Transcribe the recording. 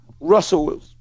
Russell